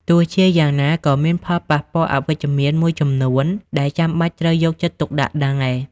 ទោះជាយ៉ាងណា ក៏មានផលប៉ះពាល់អវិជ្ជមានមួយចំនួនដែលចាំបាច់ត្រូវយកចិត្តទុកដាក់ដែរ។